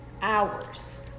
hours